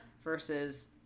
versus